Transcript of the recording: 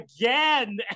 again